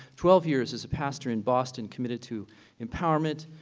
twelve years as a pastor in boston committed to empowerment,